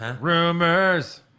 Rumors